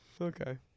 Okay